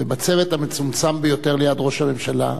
ובצוות המצומצם ביותר, ליד ראש הממשלה,